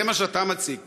זה מה שאתה מציג.